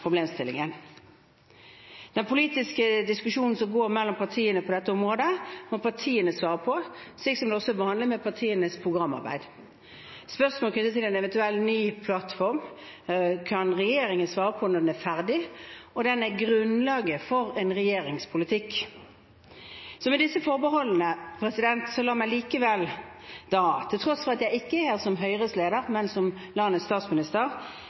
problemstillingen. Den politiske diskusjonen som går mellom partiene på dette området, må partiene svare på, slik det også er vanlig i forbindelse med partienes programarbeid. Spørsmål knyttet til en eventuelt ny plattform kan regjeringen svare på når den er ferdig og den er grunnlaget for en regjerings politikk. Med disse forbeholdene, la meg likevel, til tross for at jeg ikke er her som Høyres leder, men som landets statsminister,